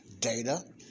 data